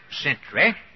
century